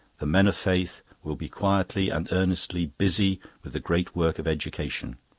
the men of faith will be quietly and earnestly busy with the great work of education.